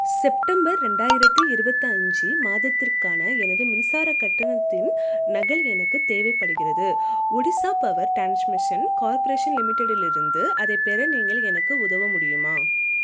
September ரெண்டாயிரத்து இருபத்தஞ்சு மாதத்திற்கான எனது மின்சார கட்டணத்தின் நகல் எனக்கு தேவைப்படுகிறது ஒடிஷா பவர் டிரான்ஸ்மிஷன் கார்ப்பரேஷன் லிமிட்டடிலிருந்து அதைப் பெற நீங்கள் எனக்கு உதவ முடியுமா